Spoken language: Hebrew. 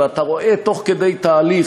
ואתה רואה תוך כדי תהליך,